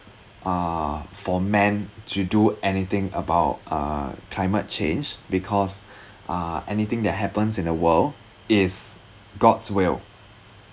err for men to do anything about uh climate change because uh anything that happens in the world is god's will